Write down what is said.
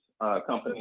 company